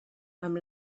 amb